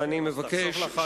אז אני אחסוך לך.